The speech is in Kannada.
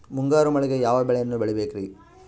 ಮುಂಗಾರು ಮಳೆಗೆ ಯಾವ ಬೆಳೆಯನ್ನು ಬೆಳಿಬೇಕ್ರಿ?